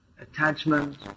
attachment